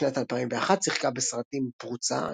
משנת 2001 שיחקה בסרטים "פרוצה"",